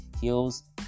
heels